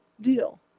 Deal